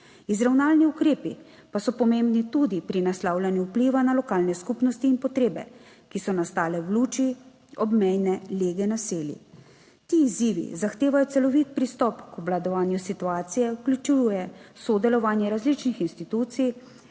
Izravnalni ukrepi pa so pomembni tudi pri naslavljanju vpliva na lokalne skupnosti in potrebe, ki so nastale v luči obmejne lege naselij. Ti izzivi zahtevajo celovit pristop k obvladovanju situacije, vključuje sodelovanje različnih institucij,